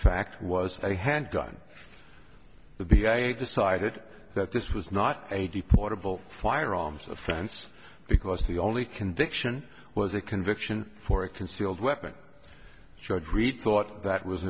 fact was a handgun the b i decided that this was not a deportable firearms offense because the only conviction was a conviction for a concealed weapon should read thought that was